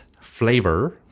flavor